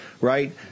right